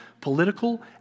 political